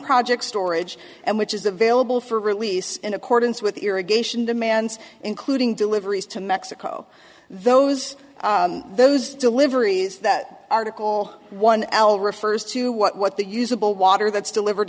project storage and which is available for release in accordance with irrigation demands including deliveries to mexico those those deliveries that article one l refers to what the usable water that's delivered